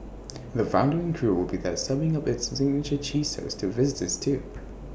the founder and crew will be there serving up its signature cheese toast to visitors too